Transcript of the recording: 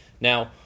Now